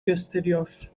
gösteriyor